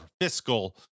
fiscal